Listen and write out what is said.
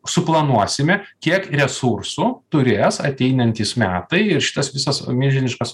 suplanuosime kiek resursų turės ateinantys metai ir šitas visas milžiniškas